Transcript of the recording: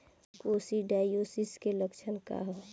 Coccidiosis के लक्षण का ह?